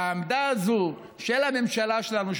העמדה הזו של הממשלה שלנו,